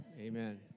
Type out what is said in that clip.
Amen